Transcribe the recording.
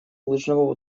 лыжного